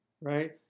right